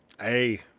Hey